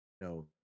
No